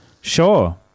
Sure